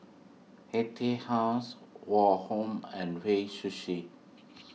Etude House Woh Hup and Hei Sushi